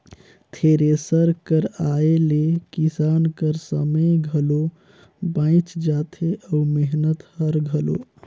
thresher कर आए ले किसान कर समे घलो बाएच जाथे अउ मेहनत हर घलो